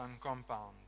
compound